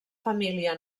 família